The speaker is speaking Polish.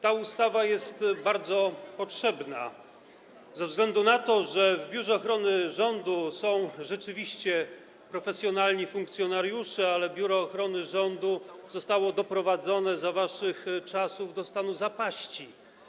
Ta ustawa jest bardzo potrzebna ze względu na to, że w Biurze Ochrony Rządu są rzeczywiście profesjonalni funkcjonariusze, ale Biuro Ochrony Rządu zostało doprowadzone za waszych czasów do stanu zapaści.